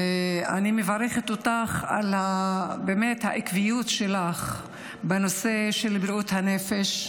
ואני מברכת אותך באמת על העקביות שלך בנושא של בריאות הנפש,